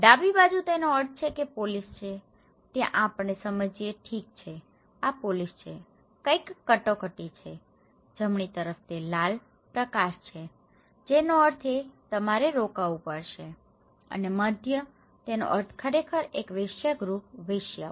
ડાબી બાજુ તેનો અર્થ એ છે કે પોલીસ છે ત્યાં આપણે સમજીએ છીએ કે ઠીક છે આ પોલીસ છે કંઈક કટોકટી છે જમણી તરફ તે લાલ પ્રકાશ છે જેનો અર્થ છે કે તમારે રોકવું પડશે અને મધ્ય તેનો અર્થ ખરેખર એક વેશ્યાગૃહ વેશ્યાઓ